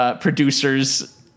producers